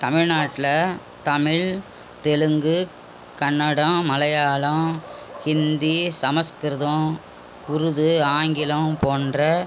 தமிழ்நாட்டில் தமிழ் தெலுங்கு கன்னடம் மலையாளம் ஹிந்தி சமஸ்கிருதம் உருது ஆங்கிலம் போன்ற